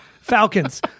falcons